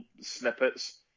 snippets